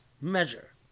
measure